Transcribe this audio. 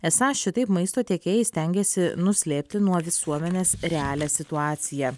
esą šitaip maisto tiekėjai stengiasi nuslėpti nuo visuomenės realią situaciją